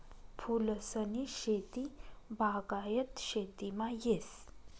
फूलसनी शेती बागायत शेतीमा येस